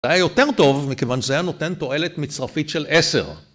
זה היה יותר טוב מכיוון שזה היה נותן תועלת מצרפית של עשר.